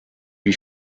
lui